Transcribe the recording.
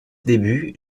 débuts